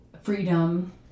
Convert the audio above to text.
freedom